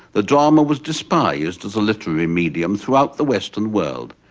the drama was despised as a literary medium throughout the western world,